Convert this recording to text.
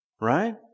Right